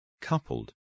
coupled